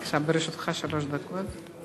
בבקשה, לרשותך שלוש דקות.